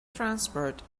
transport